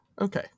okay